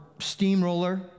steamroller